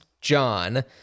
John